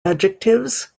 adjectives